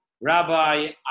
Rabbi